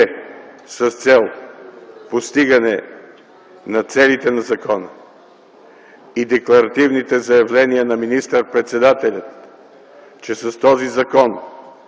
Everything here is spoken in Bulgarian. с цел постигане на целите на закона и декларативните заявления на министър-председателя, че с този закон